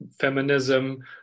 feminism